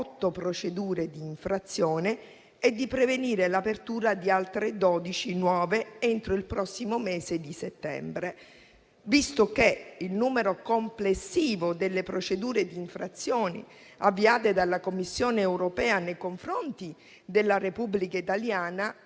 procedure di infrazione e di prevenire l'apertura di altre dodici nuove entro il prossimo mese di settembre. Il numero complessivo delle procedure di infrazione avviate dalla Commissione europea nei confronti della Repubblica italiana